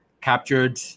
captured